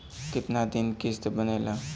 कितना दिन किस्त बनेला?